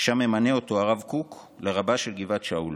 ושם ממנה אותו הרב קוק לרבה של גבעת שאול.